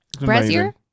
brazier